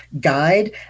guide